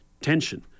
tension